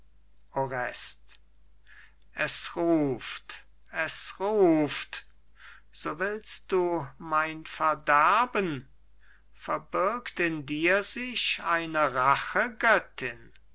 es ruft es ruft so willst du mein verderben verbirgt in dir sich eine